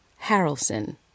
Harrelson